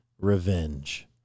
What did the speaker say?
revenge